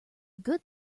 good